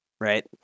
Right